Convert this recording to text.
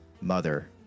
mother